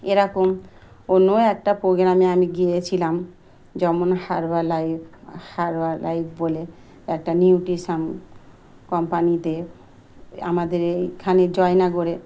এরকম অন্য একটা প্রোগ্রামে আমি গিয়েছিলাম যেমন হারবাল লাইভ হারবাল লাইভ বলে একটা নিউট্রিশন কোম্পানিতে আমাদের এইখানে জয়নাগরে